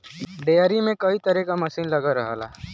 dairy में कई तरे क मसीन लगल रहला